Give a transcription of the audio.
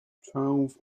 twelve